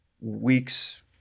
weeks